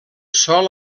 sòl